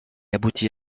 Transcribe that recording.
aboutit